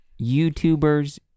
YouTubers